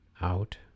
out